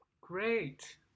Great